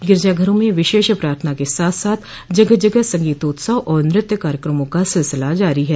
गिरजाघरों में विशेष प्रार्थना के साथ साथ जगह जगह संगीतोत्सव और नृत्य कार्यक्रमों का सिलसिला जारी है